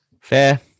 Fair